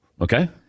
Okay